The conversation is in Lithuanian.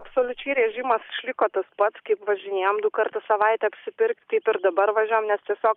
absoliučiai režimas išliko tas pats kaip važinėjam du kart į savaitę apsipirkti taip ir dabar važiuojam nes tiesiog